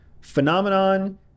phenomenon